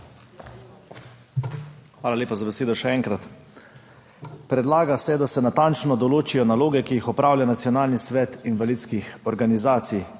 Hvala lepa za besedo, še enkrat. Predlaga se, da se natančno določijo naloge, ki jih opravlja Nacionalni svet invalidskih organizacij,